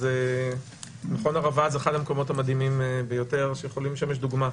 אז מכון ערבה זה אחד המקומות המדהימים ביותר שיכולים לשמש דוגמה.